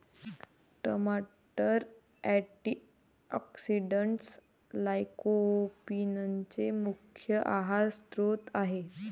टमाटर अँटीऑक्सिडेंट्स लाइकोपीनचे मुख्य आहार स्त्रोत आहेत